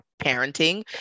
parenting